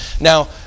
Now